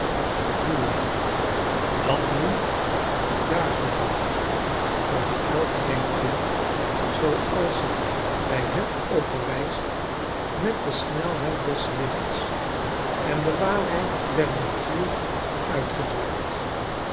voelen dat nu daargelaten wordt elk denkbeeld zooals het bij hen oprijst met de snelheid des lichts en de waarheid der natuur uitgedrukt